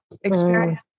experience